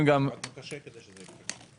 עבדנו קשה כדי שזה יקרה.